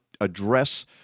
address